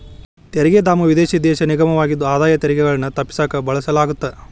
ತೆರಿಗೆ ಧಾಮವು ವಿದೇಶಿ ದೇಶ ನಿಗಮವಾಗಿದ್ದು ಆದಾಯ ತೆರಿಗೆಗಳನ್ನ ತಪ್ಪಿಸಕ ಬಳಸಲಾಗತ್ತ